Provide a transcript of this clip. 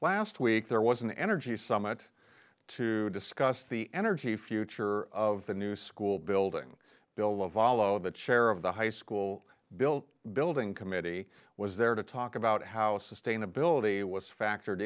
whilst week there was an energy summit to discuss the energy future of the new school building bill will follow the chair of the high school built building committee was there to talk about how sustainability was factored